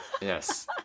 yes